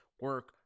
Work